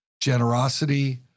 generosity